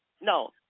No